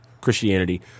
Christianity